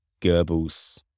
Goebbels